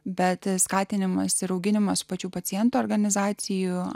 bet skatinimas ir auginimas pačių pacientų organizacijų